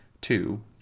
two